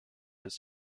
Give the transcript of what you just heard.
his